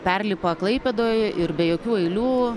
perlipa klaipėdoj ir be jokių eilių